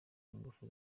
ingufu